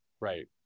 right